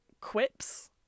quips